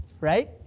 right